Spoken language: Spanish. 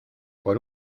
por